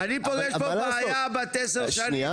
לא, אני תולה פה בעיה בת עשר שנים.